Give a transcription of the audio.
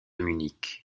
munich